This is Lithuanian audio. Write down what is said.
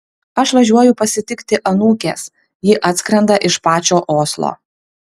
aš važiuoju pasitikti anūkės ji atskrenda iš pačio oslo